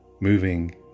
moving